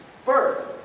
First